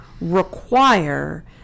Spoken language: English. require